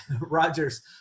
Roger's